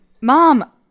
Mom